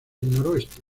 noroeste